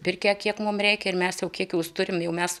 pirkę kiek mums reikia ir mes jau kiek jos turim jau mes